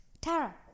Tara